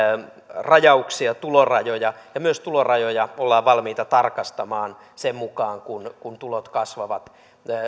rajauksia ja tulorajoja ja myös tulorajoja ollaan valmiita tarkastamaan sen mukaan kun kun tulot kasvavat